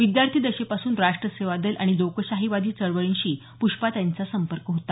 विद्यार्थीदशेपासून राष्ट्र सेवा दल आणि लोकशाहीवादी चळवळींशी पृष्पा भावेंचा संपर्क होता